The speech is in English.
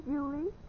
Julie